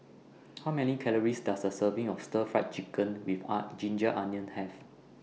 How Many Calories Does A Serving of Stir Fry Chicken with A Ginger Onions Have